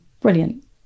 brilliant